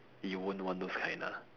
you won't want those kind ah